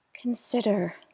Consider